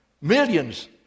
millions